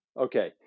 Okay